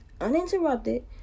uninterrupted